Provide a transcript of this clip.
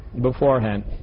beforehand